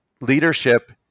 leadership